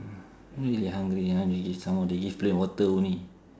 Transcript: really hungry ah need to eat some more they give plain water only